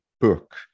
book